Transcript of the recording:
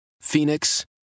Phoenix